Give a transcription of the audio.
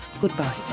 goodbye